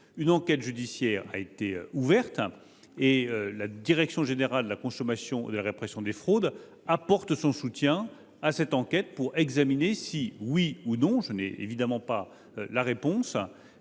Une enquête judiciaire a été ouverte et la direction générale de la concurrence, de la consommation et de la répression des fraudes apporte son soutien à cette enquête pour examiner si, oui ou non – je n’ai évidemment pas la réponse